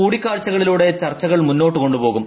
കൂടിക്കാഴ്ചകളിലൂടെ ചർച്ചകൾ മുന്നോട്ട് കൊുപോകും